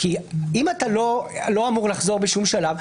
אם אתה לא אמור לחזור בשום שלב,